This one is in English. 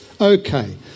Okay